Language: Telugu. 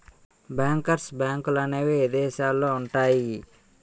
బ్యాంకర్స్ బ్యాంకులనేవి ఇదేశాలల్లో ఉంటయ్యి